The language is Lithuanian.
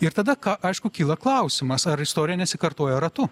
ir tada ką aišku kyla klausimas ar istorija nesikartoja ratu